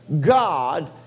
God